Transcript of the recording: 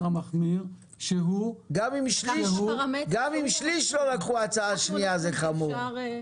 המחמיר שהוא --- גם אם שליש לא לקחו הצעה שניה זה חמור.